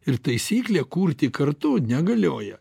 ir taisyklė kurti kartu negalioja